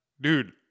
dude